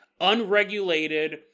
unregulated